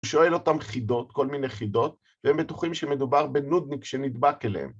שואל אותם חידות, כל מיני חידות, והם בטוחים שמדובר בנודניק שנדבק אליהם.